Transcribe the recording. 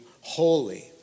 holy